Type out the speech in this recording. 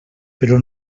però